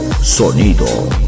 Sonido